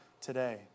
today